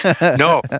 No